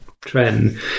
trend